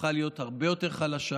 הפכה להיות הרבה יותר חלשה,